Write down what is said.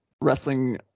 wrestling